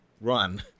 run